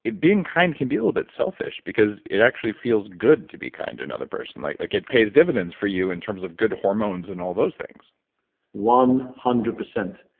being kind can be a little bit selfish because it actually feels good to be kind to another person. like like it pays dividends for you in terms of good hormones and all those things one hundred percent.